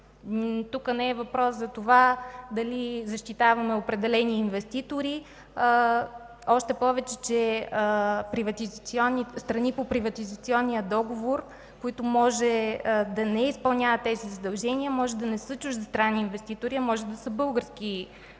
Тук въпросът не е дали защитаваме определени инвеститори, още повече че страни по приватизационния договор, които може да не изпълняват тези задължения, може да не са чуждестранни инвеститори, а български